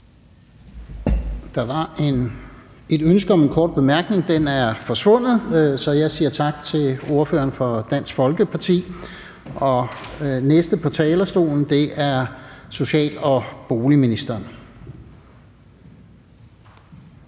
Der var et ønske om en kort bemærkning, men den er forsvundet, så jeg siger tak til ordføreren for Dansk Folkeparti. Den næste på talerstolen er social- og boligministeren.